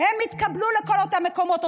הם יתקבלו לכל אותם מקומות.